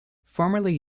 formerly